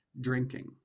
drinking